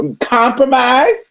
compromise